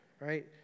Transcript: right